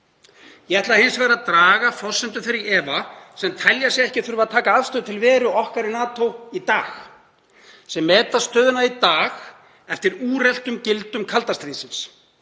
Ég ætla hins vegar að draga forsendur þeirra í efa sem telja sig ekki þurfa að taka afstöðu til veru okkar í NATO í dag, sem meta stöðuna í dag eftir úreltum gildum kalda stríðsins,